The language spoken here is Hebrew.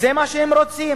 זה מה שהם רוצים